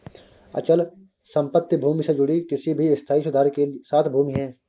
अचल संपत्ति भूमि से जुड़ी किसी भी स्थायी सुधार के साथ भूमि है